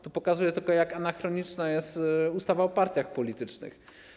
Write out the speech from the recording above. To pokazuje tylko, jak anachroniczna jest ustawa o partiach politycznych.